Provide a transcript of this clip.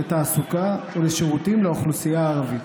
לתעסוקה ולשירותים לאוכלוסייה הערבית.